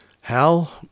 Hal